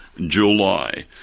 july